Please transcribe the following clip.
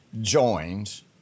joins